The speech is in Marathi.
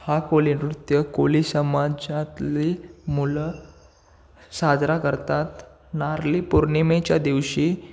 हा कोळी नृत्य कोळी समाजातली मुलं साजरा करतात नारळी पौर्णिमेच्या दिवशी